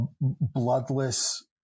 bloodless